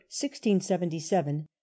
1677